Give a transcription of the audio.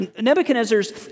Nebuchadnezzar's